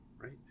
right